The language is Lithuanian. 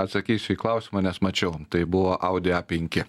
atsakysiu į klausimą nes mačiau tai buvo audi a penki